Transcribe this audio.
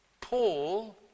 Paul